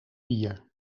bier